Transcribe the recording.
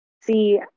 see